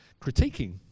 critiquing